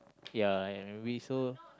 yeah and we so